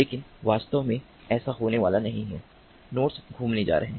लेकिन वास्तव में ऐसा होने वाला नहीं है नोड्स घूमने जा रहे हैं